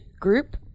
group